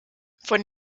von